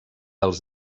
els